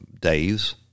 days